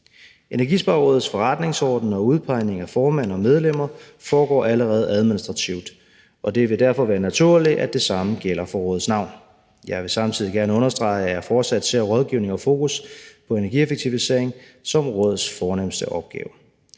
Energisparerådets forretningsorden og udpegning af formand og medlemmer foregår allerede administrativt, og det vil derfor være naturligt, at det samme gælder for rådets navn. Jeg vil samtidig gerne understrege, at jeg fortsat ser rådgivning og fokus på energieffektivisering som rådets fornemste opgave.